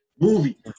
Movie